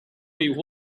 with